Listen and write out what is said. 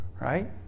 Right